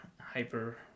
hyper